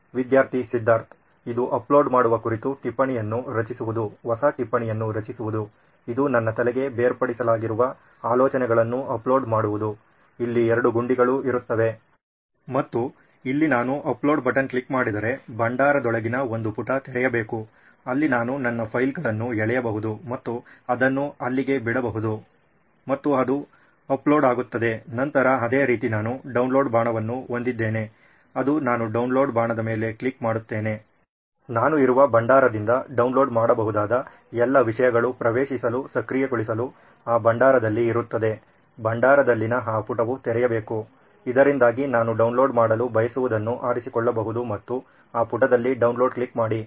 ವಿದ್ಯಾರ್ಥಿ ಸಿದ್ಧಾರ್ಥ್ ಇದು ಅಪ್ಲೋಡ್ ಮಾಡುವ ಕುರಿತು ಟಿಪ್ಪಣಿಯನ್ನು ರಚಿಸುವುದು ಹೊಸ ಟಿಪ್ಪಣಿಯನ್ನು ರಚಿಸುವುದು ಇದು ನನ್ನ ತಲೆಗೆ ಬೇರ್ಪಡಿಸಲಾಗಿರುವ ಆಲೋಚನೆಗಳನ್ನು ಅಪ್ಲೋಡ್ ಮಾಡುವುದು ಇಲ್ಲಿ ಎರಡು ಗುಂಡಿಗಳು ಇರುತ್ತವೆ ಮತ್ತು ಇಲ್ಲಿ ನಾನು ಅಪ್ಲೋಡ್ ಬಟನ್ ಕ್ಲಿಕ್ ಮಾಡಿದರೆ ಭಂಡಾರದೊಳಗಿನ ಒಂದು ಪುಟ ತೆರೆಯಬೇಕು ಅಲ್ಲಿ ನಾನು ನನ್ನ ಫೈಲ್ಗಳನ್ನು ಎಳೆಯಬಹುದು ಮತ್ತು ಅದನ್ನು ಅಲ್ಲಿಗೆ ಬಿಡಬಹುದು ಮತ್ತು ಅದು ಅಪ್ಲೋಡ್ ಆಗುತ್ತದೆ ನಂತರ ಅದೇ ರೀತಿ ನಾನು ಡೌನ್ ಬಾಣವನ್ನು ಹೊಂದಿದ್ದೇನೆ ಅದು ನಾನು ಡೌನ್ ಬಾಣದ ಮೇಲೆ ಕ್ಲಿಕ್ ಮಾಡುತ್ತೇನೆ ನಾನು ಇರುವ ಭಂಡಾರದಿಂದ ಡೌನ್ಲೋಡ್ ಮಾಡಬಹುದಾದ ಎಲ್ಲ ವಿಷಯಗಳು ಪ್ರವೇಶಿಸಲು ಸಕ್ರಿಯಗೊಳಿಸಲು ಆ ಭಂಡಾರದಲ್ಲಿ ಇರುತ್ತದೆ ಭಂಡಾರದಲ್ಲಿನ ಆ ಪುಟವು ತೆರೆಯಬೇಕು ಇದರಿಂದಾಗಿ ನಾನು ಡೌನ್ಲೋಡ್ ಮಾಡಲು ಬಯಸುವದನ್ನು ಆರಿಸಿಕೊಳ್ಳಬಹುದು ಮತ್ತು ಆ ಪುಟದಲ್ಲಿ ಡೌನ್ಲೋಡ್ ಕ್ಲಿಕ್ ಮಾಡಿ